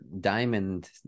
diamond